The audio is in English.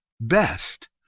best